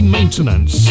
Maintenance